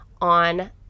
on